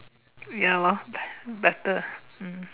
ya lor bet~ better ah mm